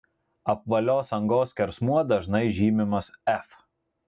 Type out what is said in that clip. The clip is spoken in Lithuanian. apvalios angos skersmuo dažnai žymimas f